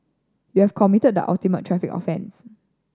you have committed the ultimate traffic offence